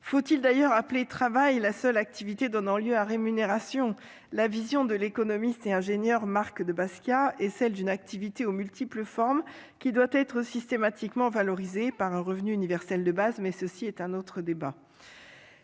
Faut-il d'ailleurs appeler « travail » la seule activité donnant lieu à rémunération ? Selon la vision de l'économiste et ingénieur Marc de Basquiat, l'activité, qui prend de multiples formes, doit être systématiquement valorisée un revenu universel de base ; mais c'est là un autre débat.